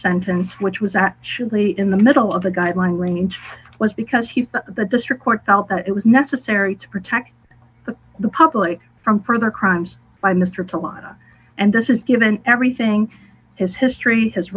sentence which was actually in the middle of the guideline range was because he thought the district court felt that it was necessary to protect the public from further crimes by mr to law and this is given everything his history h